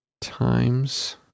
times